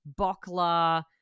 Bokla